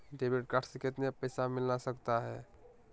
Debit card से कितने पैसे मिलना सकता हैं?